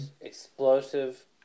explosive